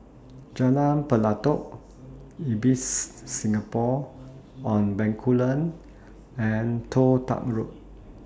Jalan Pelatok Ibis Singapore on Bencoolen and Toh Tuck Road